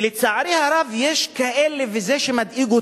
לצערי הרב, יש כאלה וזה שמדאיג אותי,